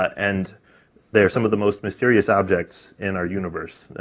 and they are some of the most mysterious objects in our universe,